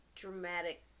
dramatic